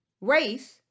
Race